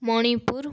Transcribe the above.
Manipur